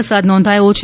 વરસાદ નોંધાયો છે